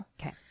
Okay